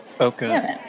Okay